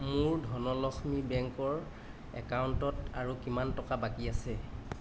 মোৰ ধনলক্ষ্মী বেংকৰ একাউণ্টত আৰু কিমান টকা বাকী আছে